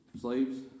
slaves